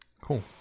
cool